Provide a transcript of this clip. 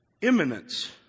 imminence